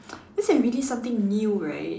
that's like really something new right